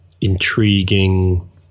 intriguing